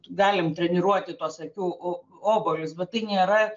galim treniruoti tuos akių o obuolius bet tai nėra